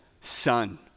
Son